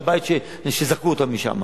ויש לה בית שזרקו אותה משם,